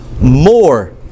more